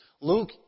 Luke